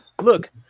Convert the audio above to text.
look